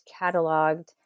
cataloged